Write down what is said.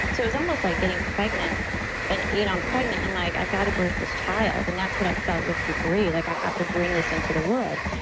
so, it was almost like getting pregnant and you know i'm pregnant, i'm like, i've got to birth this child. and that's what i felt with poo-pourri, like i have to bring this into the world.